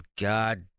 God